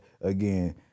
again